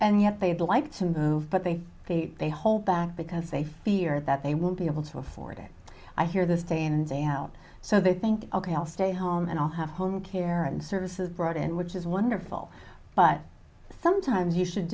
and yet they'd like to move but they they hold back because they fear that they won't be able to afford it i hear this day in and day out so they think ok i'll stay home and i'll have home care and services brought in which is wonderful but sometimes you should